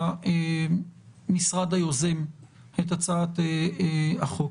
מהמשרד היוזם את הצעת החוק,